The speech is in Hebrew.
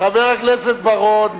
חבר הכנסת בר-און.